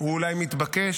הוא אולי מתבקש,